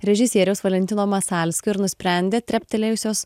režisieriaus valentino masalskio ir nusprendė treptelėjusios